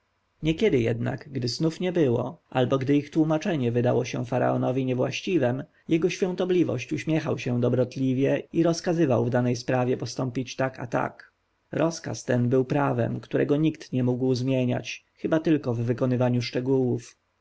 niekiedy jednak gdy snów nie było albo gdy ich tłomaczenie wydało się faraonowi niewłaściwem jego świątobliwość uśmiechał się dobrotliwie i rozkazywał w danej sprawie postąpić tak a tak rozkaz ten był prawem którego nikt nie mógł zmieniać chyba tylko w wykonaniu szczegółów